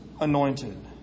anointed